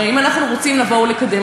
אם אנחנו רוצים לבוא ולקדם,